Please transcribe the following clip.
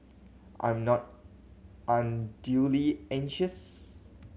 I am not unduly anxious